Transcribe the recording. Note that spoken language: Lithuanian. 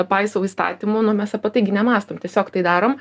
paisau įstatymų nu mes apie tai gi nemąstom tiesiog tai darom